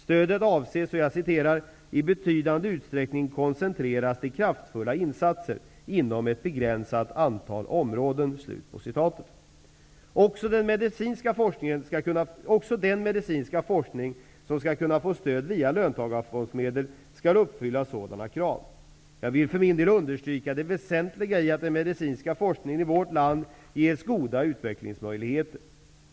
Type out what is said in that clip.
Stöden avses ''i betydande utsträckning koncentreras till kraftfulla insatser inom ett begränsat antal områden''. Också den medicinska forskning som skall kunna få stöd via löntagarfondsmedel, skall uppfylla sådana krav. Jag vill för min del understryka det väsentliga i att den medicinska forskningen i vårt land ges goda utvecklingsmöjligheter.